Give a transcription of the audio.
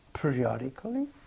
periodically